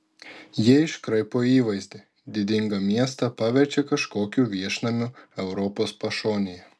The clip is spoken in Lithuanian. jie iškraipo įvaizdį didingą miestą paverčia kažkokiu viešnamiu europos pašonėje